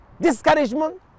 discouragement